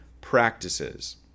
practices